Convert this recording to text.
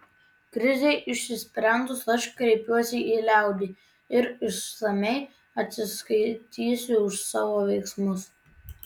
krizei išsisprendus aš kreipsiuosi į liaudį ir išsamiai atsiskaitysiu už savo veiksmus